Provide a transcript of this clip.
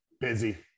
Busy